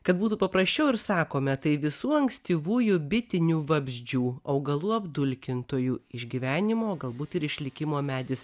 kad būtų paprasčiau ir sakome tai visų ankstyvųjų bitinių vabzdžių augalų apdulkintojų išgyvenimo galbūt ir išlikimo medis